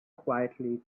quietly